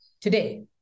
today